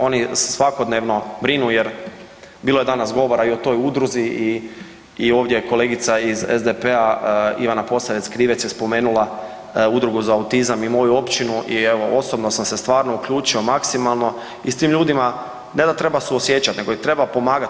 Oni svakodnevno brinu jer bilo je danas govora i o toj udruzi i ovdje je kolegica iz SDP-a Ivana Posavec Krivec je spomenula Udrugu za autizam i moju općinu i evo osobno sam se stvarno uključio maksimalno i s tim ljudima ne da treba suosjećati nego ih treba pomagati.